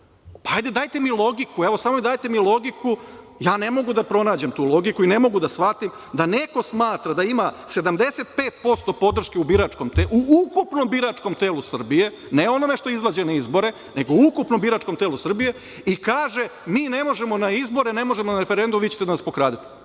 nešto? Hajde, dajte mi logiku, samo mi dajte logiku. Ja ne mogu da pronađem tu logiku i ne mogu da shvatim da neko smatra da ima 75% podrške u biračkom, u ukupnom biračkom telu Srbije, ne onome što izađe na izbore, nego u ukupnom biračkom telu Srbije i kaže – mi ne možemo na izbore, ne možemo na referendum, vi ćete da nas pokradete.